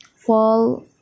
fall